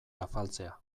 afaltzea